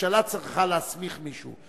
ממשלה צריכה להסמיך מישהו.